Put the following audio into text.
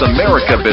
America